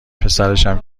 پسرشم